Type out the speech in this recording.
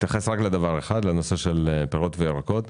לנושא של פירות וירקות.